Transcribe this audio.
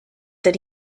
that